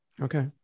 Okay